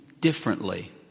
differently